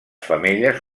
femelles